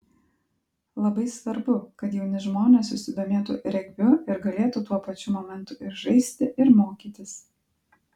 labai svarbu kad jauni žmonės susidomėtų regbiu ir galėtų tuo pačiu momentu ir žaisti ir mokytis